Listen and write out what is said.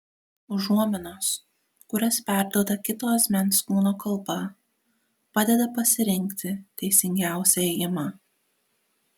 užuominos kurias perduoda kito asmens kūno kalba padeda pasirinkti teisingiausią ėjimą